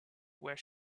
where